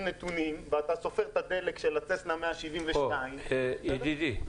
נתונים ואתה סופר את הדלק של הססנה 172. ידידי,